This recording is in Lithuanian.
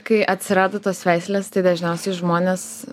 kai atsirado tos veislės tai dažniausiai žmonės